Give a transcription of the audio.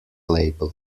label